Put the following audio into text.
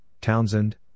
Townsend